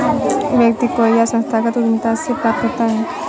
व्यक्ति को यह संस्थागत उद्धमिता से प्राप्त होता है